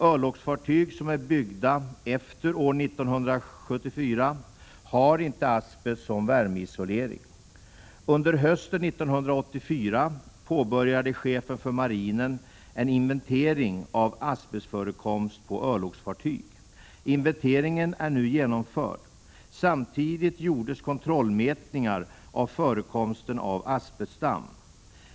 Örlogsfartyg som är byggda efter år 1974 har inte asbest som värmeisolering. Under hösten 1984 påbörjade chefen för marinen en inventering av asbestförekomst på örlogsfartyg. Inventeringen är nu genomförd. Samtidigt gjordes kontrollmätningar av förekomsten av asbestdamm.